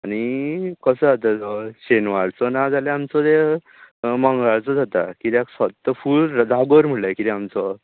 आनी कसो जाता तो शेनवारचो नाजाल्या आमचो तो मंगळारचो जाता किद्याक फक्त फूल जागोर म्हणल्या किदें आमचो